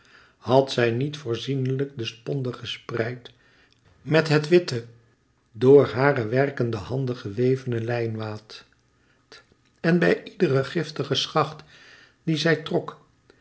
had zij niet voorzieniglijk de sponde gespreid met het witte door hare werkende handen gewevene lijnwaad en bij iederen giftigen schacht dien zij trok